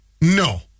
No